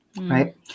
Right